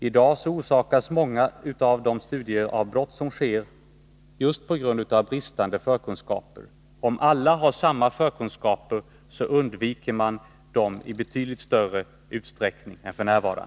I dag orsakas många av de studieavbrott som sker just av bristande förkunskaper. Om alla har samma förkunskaper undviker man dessa avhopp i betydligt större utsträckning än f. n.